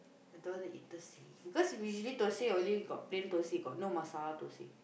don't want to eat Thursday